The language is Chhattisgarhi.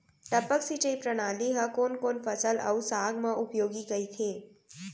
टपक सिंचाई प्रणाली ह कोन कोन फसल अऊ साग म उपयोगी कहिथे?